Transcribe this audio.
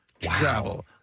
travel